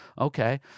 Okay